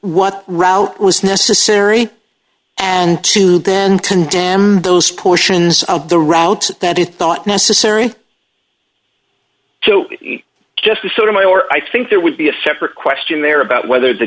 what route was necessary and to then condemn those portions of the route that you thought necessary to justice sotomayor i think there would be a separate question there about whether the